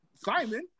Simon